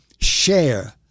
Share